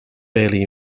barely